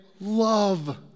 love